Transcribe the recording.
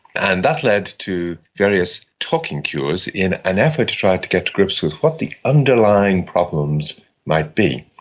and that led to various talking cures in an effort to try to get to grips with what the underlying problems might be.